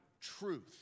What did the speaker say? Truth